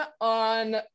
on